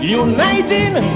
uniting